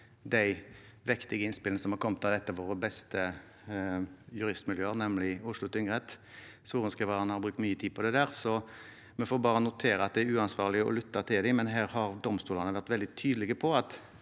de viktige innspillene som har kommet fra et av våre beste juristmiljøer, nemlig Oslo tingrett. Sorenskriveren har brukt mye tid på det der, så vi får bare notere at det er uansvarlig å lytte til dem, men her har domstolene vært veldig tydelige på at